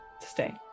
stay